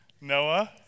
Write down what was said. Noah